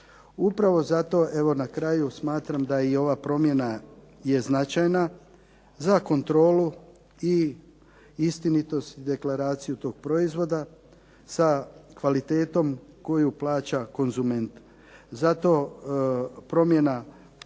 Upravo zato evo na kraju smatram da i ova promjena je značajna za kontrolu i istinitost, deklaraciju tog proizvoda sa kvalitetom koju plaća konzument.